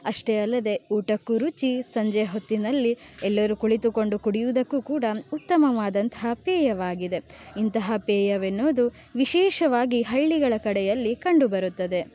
ಅಷ್ಟೇ ಅಲ್ಲದೆ ಊಟಕ್ಕೂ ರುಚಿ ಸಂಜೆ ಹೊತ್ತಿನಲ್ಲಿ ಎಲ್ಲರೂ ಕುಳಿತುಕೊಂಡು ಕುಡಿಯುವುದಕ್ಕೂ ಕೂಡ ಉತ್ತಮವಾದಂತಹ ಪೇಯವಾಗಿದೆ ಇಂತಹ ಪೇಯವೆನ್ನುವುದು ವಿಶೇಷವಾಗಿ ಹಳ್ಳಿಗಳ ಕಡೆಯಲ್ಲಿ ಕಂಡುಬರುತ್ತದೆ